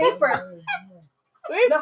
paper